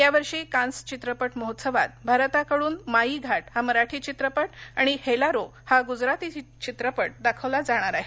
यावर्षी कान्स चित्रपट महोत्सवात भारताकडून माई घाट हा मराठी चित्रपट आणि हेलारो हा गुजराती चित्रपट दाखवला जाणार आहे